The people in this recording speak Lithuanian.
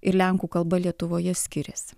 ir lenkų kalba lietuvoje skiriasi